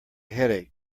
headache